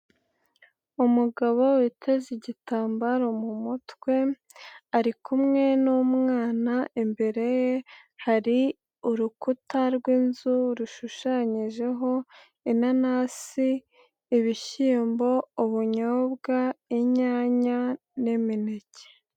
Umugabo witeze igitambaro mu mutwe ari kumwe n'umwana imbere hari urukuta rw'inzu rushushanyijeho inanasi, ibishyimbo, ubunyobwa, inyanya n'imineke.